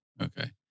Okay